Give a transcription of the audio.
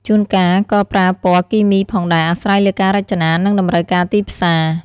ជួនកាលក៏ប្រើពណ៌គីមីផងដែរ អាស្រ័យលើការរចនា និងតម្រូវការទីផ្សារ។